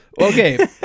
Okay